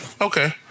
Okay